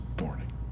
morning